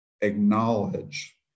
acknowledge